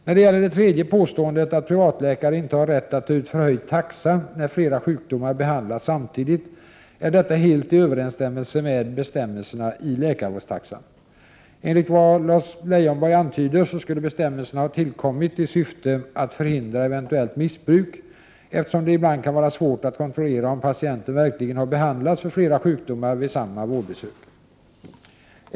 När det gäller det tredje påståendet, att privatläkare inte har rätt att ta ut förhöjd taxa när flera sjukdomar behandlas samtidigt, är detta helt i överensstämmelse med bestämmelserna i läkarvårdstaxan. Enligt vad Lars Leijonborg antyder skulle bestämmelsen ha tillkommit i syfte att förhindra eventuellt missbruk, eftersom det ibland kan vara svårt att kontrollera om patienten verkligen har behandlats för flera sjukdomar vid samma vårdbesök.